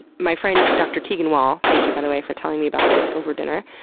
my friend dr. tegan wall, thank you, by the way, for telling me about this over dinner.